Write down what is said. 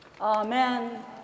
Amen